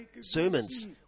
sermons